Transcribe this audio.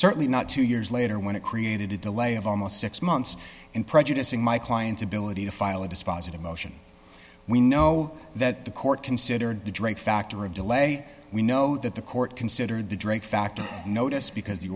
certainly not two years later when it created a delay of almost six months and prejudicing my client's ability to file a dispositive motion we know that the court considered the drake factor of delay we know that the court considered the drake fact on notice because the